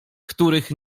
których